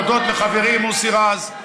להודות לחברי מוסי רז,